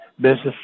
business